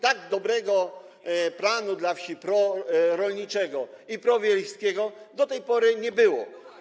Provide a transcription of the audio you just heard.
Tak dobrego planu dla wsi, prorolniczego i prowiejskiego, do tej pory nie było.